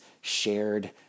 shared